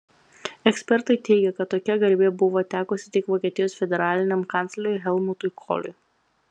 ekspertai teigė kad tokia garbė buvo tekusi tik vokietijos federaliniam kancleriui helmutui koliui